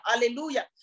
hallelujah